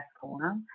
corner